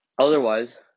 otherwise